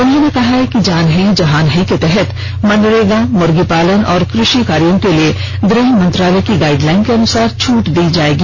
उन्होंने कहा कि जान है जहान है के तहत मनरेगा मुर्गी पालन और कृषि कार्यो के लिए गृह मंत्रालय की गाइडलाइन्स के अनुसार छूट दी जाएगी